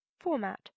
format